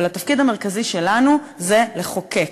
אבל התפקיד המרכזי שלנו זה לחוקק.